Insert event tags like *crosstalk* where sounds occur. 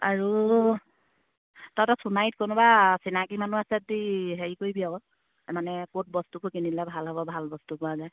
আৰু *unintelligible* সোণাৰীত কোনোবা চিনাকী মানুহ আছে যদি হেৰি কৰিবি আকৌ মানে ক'ত বস্তুবোৰ কিনিলে ভাল হ'ব ভাল বস্তু পোৱা যায়